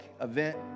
event